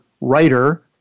writer